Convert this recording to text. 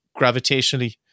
gravitationally